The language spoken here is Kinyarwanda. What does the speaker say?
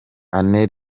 anne